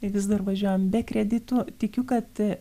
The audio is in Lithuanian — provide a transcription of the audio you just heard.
vis dar važiuojam be kreditų tikiu kad